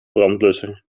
brandblusser